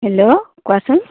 hello কোৱাচোন